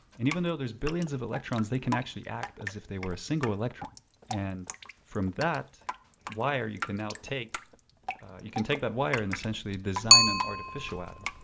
and even though there's billions of electrons, they can actually act as if they were a single electron and from that wire you can now take you can take that wire and essentially design an artificial atom.